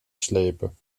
slepen